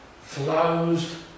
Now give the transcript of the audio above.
flows